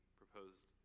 proposed